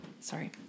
Sorry